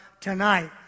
tonight